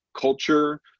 culture